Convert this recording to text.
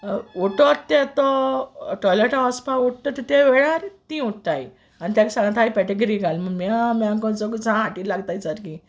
उठोत ते तो टॉयलटां ओसपा उठ्ठा तितले वेळार तीं उठ्ठाय आनी तेक सांगताय पॅडीग्री घाल म्हूण म्यांव म्यांव सोगलीं सांक हाटी लागताय सारकीं